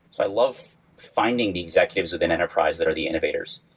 i love finding the executives within enterprise that are the innovators,